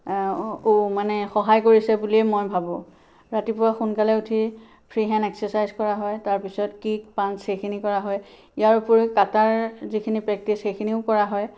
মানে সহায় কৰিছে বুলিয়ে মই ভাবোঁ ৰাতিপুৱা সোনকালে উঠি ফ্ৰীহেণ্ড এক্সেৰ্ছাইজ কৰা হয় তাৰপিছত কিক পাঞ্চ এইখিনি কৰা হয় ইয়াৰ উপৰিও কাটাৰ যিখিনি প্ৰেক্টিছ সেইখিনিও কৰা হয়